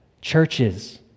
Churches